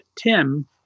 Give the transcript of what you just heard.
Tim